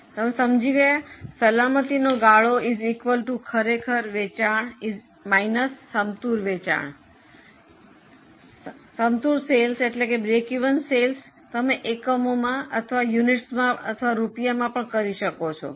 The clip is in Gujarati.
તમે સમજી ગયા સલામતી નો ગાળો ખરેખર વેચાણ સમતૂર વેચાણ સમતૂર સેલ્સ તમે એકમોમાં અથવા રૂપિયામાં કરી શકો છો